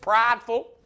prideful